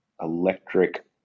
electric